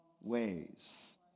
ways